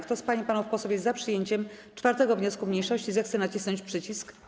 Kto z pań i panów posłów jest za przyjęciem 4. wniosku mniejszości, zechce nacisnąć przycisk.